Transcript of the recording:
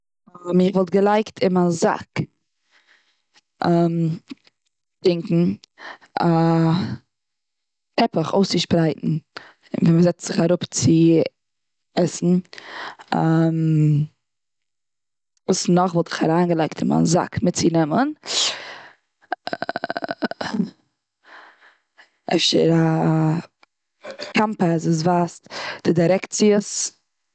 איך וואלט געלייגט און מיין זאק טרינקען. א טעפעך אוס צו שפרייטן ווי מ'זעצט זיך אראפ צו עסן. וואס נאך וואלט איך אריינגעלייגט און מיין זאק מיט צו נעמען? אפשר א קאמפוס וואס ווייזט די דירעקציעס.